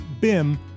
BIM